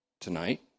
tonight